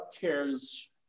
cares